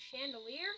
chandelier